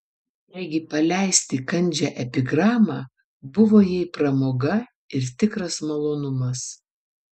taigi paleisti kandžią epigramą buvo jai pramoga ir tikras malonumas